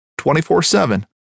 24-7